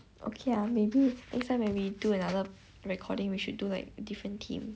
okay lah maybe next time when we do another recording we should do like different theme